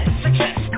success